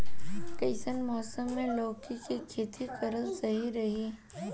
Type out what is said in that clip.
कइसन मौसम मे लौकी के खेती करल सही रही?